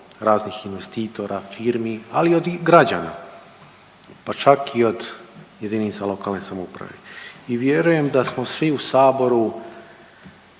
raznih investitora, firmi, ali i od građana, pa čak i od jedinica lokalne samouprave. I vjerujem da smo svi u Saboru